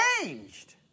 changed